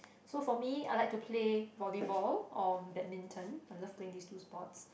so for me I like to play volleyball or badminton I love playing these two sports